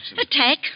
Attack